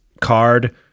card